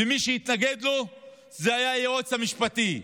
ומי שהתנגד לו זה היועץ המשפטי.